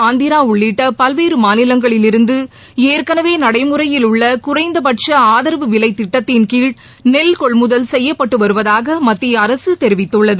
ஆந்திரா உள்ளிட்ட பல்வேறு மாநிலங்களில் இருந்து ஏற்களவே நடைமுறையில் உள்ள குறைந்தபட்ச ஆதரவு விலை திட்டத்தின்கீழ் நெல்கொள்முதல் செய்யப்பட்டு வருவதாக மத்திய அரசு தெரிவித்துள்ளது